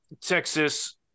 Texas